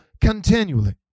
continually